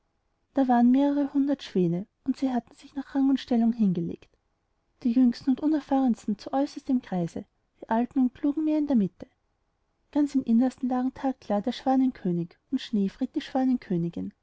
da waren mehrere hundert schwäne und sie hatten sich nach rang und stellunghingelegt diejüngstenundunerfahrenstenzuäußerstimkreise die alten und klugen mehr in der mitte ganz im innersten lagen tagklar der schwanenkönig und schneefried die